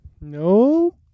No